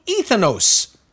Ethanos